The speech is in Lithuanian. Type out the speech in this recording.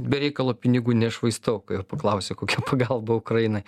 be reikalo pinigų nešvaistau kai jo paklausė kokia pagalba ukrainai